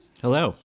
Hello